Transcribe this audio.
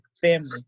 Family